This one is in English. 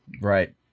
Right